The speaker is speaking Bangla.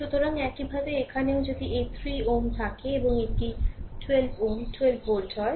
সুতরাং একইভাবে এখানেও যদি এই 3 Ω থাকে এবং এটি 12 Ω 12 ভোল্ট হয়